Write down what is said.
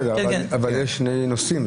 בסדר, אבל יש שני נושאים.